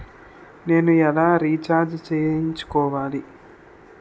నేను ఎలా రీఛార్జ్ చేయించుకోవాలి?